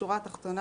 בשורה התחתונה,